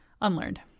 unlearned